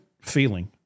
feeling